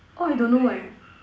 orh I don't know eh